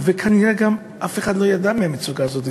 וכנראה גם אף אחד לא ידע על המצוקה הזאת.